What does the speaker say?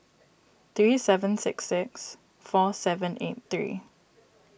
three seven six six four seven eight three